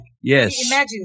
Yes